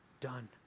done